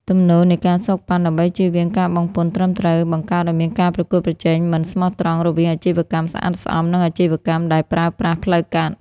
ទំនោរនៃ ការសូកប៉ាន់ ដើម្បីជៀសវាងការបង់ពន្ធត្រឹមត្រូវ បង្កើតឱ្យមានការប្រកួតប្រជែងមិនស្មោះត្រង់រវាងអាជីវកម្មស្អាតស្អំ និងអាជីវកម្មដែលប្រើប្រាស់ផ្លូវកាត់។